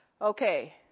Okay